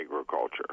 agriculture